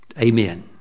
Amen